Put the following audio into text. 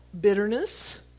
bitterness